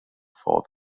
for